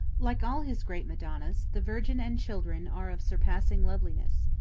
like all his great madonnas, the virgin and children are of surpassing loveliness.